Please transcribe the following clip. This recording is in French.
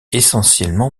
essentiellement